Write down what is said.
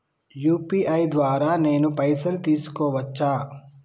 UPI ద్వారా నేను పైసలు తీసుకోవచ్చా?